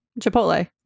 Chipotle